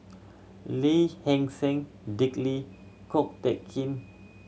Lee Hee Seng Dick Lee Ko Teck Kin